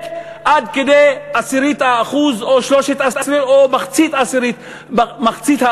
עד כדי עשירית האחוז או מחצית האחוז.